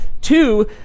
two